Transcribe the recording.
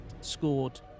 scored